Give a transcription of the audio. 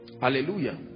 Hallelujah